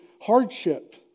hardship